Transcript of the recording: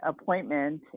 appointment